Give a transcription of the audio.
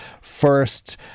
first